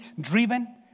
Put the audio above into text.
driven